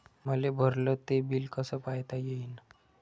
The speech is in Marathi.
मले भरल ते बिल कस पायता येईन?